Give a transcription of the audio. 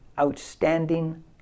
outstanding